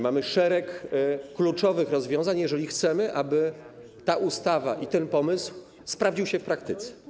Mamy szereg kluczowych rozwiązań, chcemy, aby ta ustawa i ten pomysł sprawdziły się w praktyce.